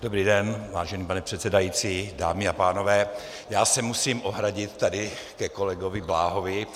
Dobrý den, vážený pane předsedající, dámy a pánové, já se musím ohradit tady ke kolegovi Bláhovi.